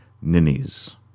Ninnies